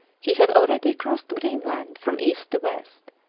he had already crossed greenland from east to west,